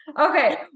Okay